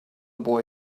boy